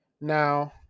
Now